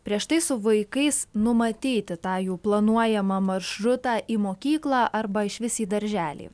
prieš tai su vaikais numatyti tą jų planuojamą maršrutą į mokyklą arba išvis į darželį